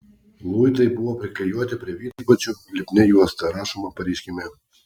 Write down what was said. luitai buvo priklijuoti prie vidpadžių lipnia juosta rašoma pareiškime